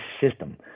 system